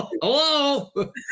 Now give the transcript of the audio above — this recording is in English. Hello